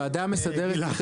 (הישיבה